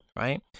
Right